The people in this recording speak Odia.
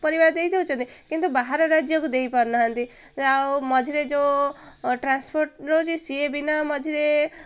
ପରିବା ଦେଇ ଦେଉଛନ୍ତି କିନ୍ତୁ ବାହାର ରାଜ୍ୟକୁ ଦେଇପାରୁନାହାନ୍ତି ଆଉ ମଝିରେ ଯେଉଁ ଟ୍ରାନ୍ସପୋର୍ଟ୍ ରହୁଛି ସିଏ ବିନା ମଝିରେ